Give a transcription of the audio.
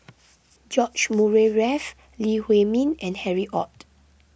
George Murray Reith Lee Huei Min and Harry Ord